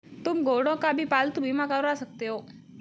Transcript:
तुम घोड़ों का भी पालतू बीमा करवा सकते हो